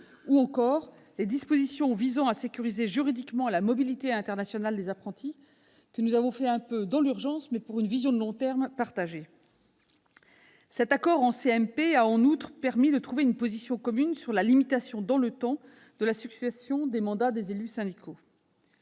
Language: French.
ou encore les dispositions visant à sécuriser juridiquement la mobilité internationale des apprentis, que nous avons élaborées un peu dans l'urgence, mais avec une vision de long terme partagée. Cet accord en commission mixte paritaire a, en outre, permis de trouver une position commune sur la limitation dans le temps de la succession des mandats des élus syndicaux.